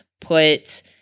put